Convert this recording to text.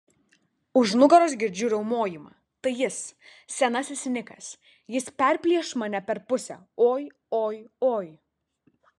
už nugaros girdžiu riaumojimą tai jis senasis nikas jis perplėš mane per pusę oi oi oi